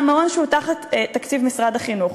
מהמעון שהוא תחת תקציב משרד החינוך.